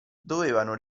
dovevano